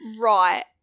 Right